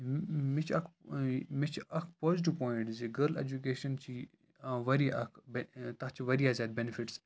مےٚ چھِ اَکھ مےٚ چھِ اَکھ پازِٹِو پویِنٛٹ زِ گٔرل اجُکیشَن چھِ واریاہ اَکھ تَتھ چھِ واریاہ زیادٕ بٮ۪نِفِٹٕس